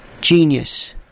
Genius